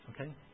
okay